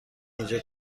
اینجا